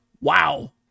Wow